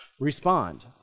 respond